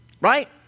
Right